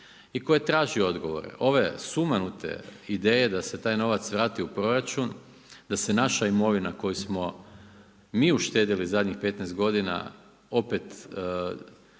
i koje traži odgovore. Ove sumanute ideje da se taj novac vrati u proračun, da se naša imovina koju smo mi uštedjeli zadnjih 15 godina opet